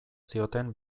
zioten